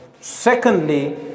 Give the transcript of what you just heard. Secondly